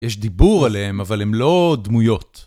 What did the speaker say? יש דיבור עליהם אבל הם לא דמויות